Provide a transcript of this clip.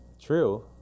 True